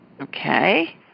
Okay